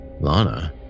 Lana